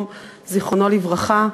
זיכרונו לברכה.